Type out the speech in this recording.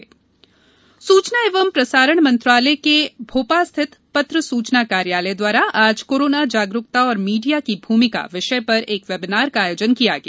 पत्र सूचना वेबिनार सूचना एवं प्रसारण मंत्रालय के भोपाल स्थित पत्र सूचना कार्यालय द्वारा आज कोरोना जागरूकता और मीडिया की भूमिका विषय पर एक वेबिनार का आयोजन किया गया